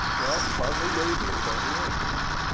well, partly navy, and partly air force.